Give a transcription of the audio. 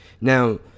Now